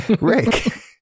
Rick